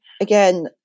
again